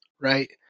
Right